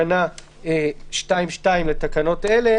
וההתקהלות הרבה יותר גדולה.